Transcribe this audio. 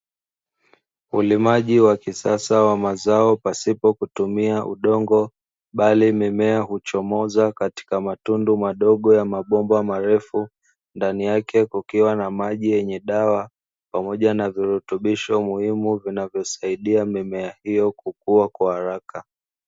Ulimaji wa kisasa wa mazao pasipo kutumia udongo bali mimea huchomoza katika matundu madogo ya mabomba marefu, ndani yake kukiwa na maji yenye dawa pamoja na virutubisho muhimu vinavyosaidia mimea hiyo kukua kwa haraka.